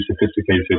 sophisticated